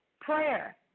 Prayer